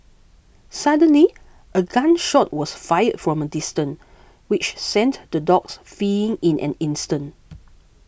suddenly a gun shot was fired from a distance which sent the dogs fleeing in an instant